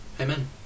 Amen